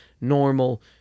normal